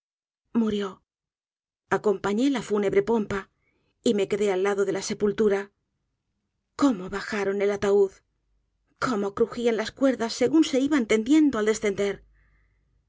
murió acompañé la fúnebre pompa y me quedé al lado de la sepultura cómo bajaron el ataúd cómo crujían jas cuerdas según se iban tendiendo al descender